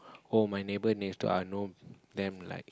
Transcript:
oh my neighbour next door I know them like